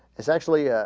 it's actually ah.